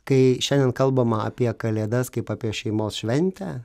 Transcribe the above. kai šiandien kalbama apie kalėdas kaip apie šeimos šventę